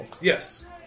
Yes